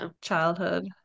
childhood